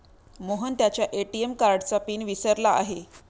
मोहन त्याच्या ए.टी.एम कार्डचा पिन विसरला आहे